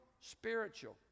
spiritual